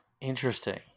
Interesting